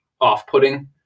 off-putting